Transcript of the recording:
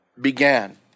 began